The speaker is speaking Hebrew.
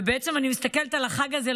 ובעצם אני מסתכלת על החג הזה,